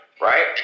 right